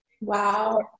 Wow